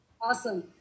Awesome